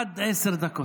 עד עשר דקות.